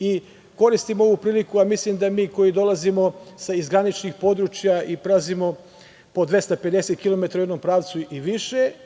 i koristim ovu priliku, a mislim da mi koji dolazimo iz graničnih područja, i prelazimo po 250 kilometara u jednom pravcu i više,